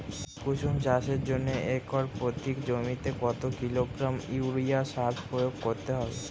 কুসুম চাষের জন্য একর প্রতি জমিতে কত কিলোগ্রাম ইউরিয়া সার প্রয়োগ করতে হবে?